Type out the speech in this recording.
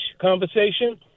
conversation